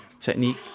technique